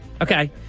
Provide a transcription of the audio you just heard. Okay